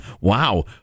Wow